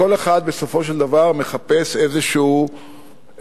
כל אחד, בסופו של דבר, מחפש איזו זווית